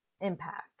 impact